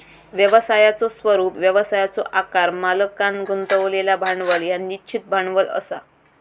व्यवसायाचो स्वरूप, व्यवसायाचो आकार, मालकांन गुंतवलेला भांडवल ह्या निश्चित भांडवल असा